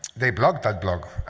they blocked that bog.